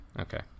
Okay